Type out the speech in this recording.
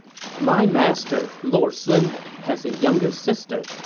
my master, lord sun, has a younger sister.